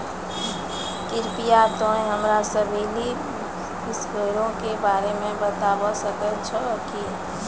कृपया तोंय हमरा सिविल स्कोरो के बारे मे बताबै सकै छहो कि?